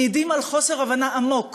מעידים על חוסר הבנה עמוק